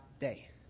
day